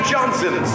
Johnson